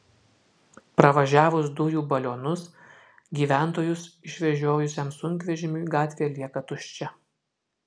pravažiavus dujų balionus gyventojus išvežiojusiam sunkvežimiui gatvė lieka tuščia